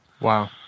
Wow